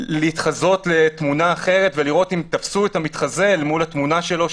להתחזות לתמונה אחרת ולראות אם תפסו את המתחזה אל מול התמונה שלו,